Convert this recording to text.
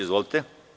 Izvolite.